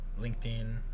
LinkedIn